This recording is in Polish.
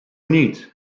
nic